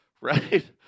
right